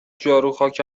جاروخاک